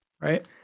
right